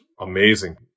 amazing